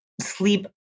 sleep